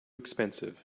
expensive